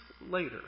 later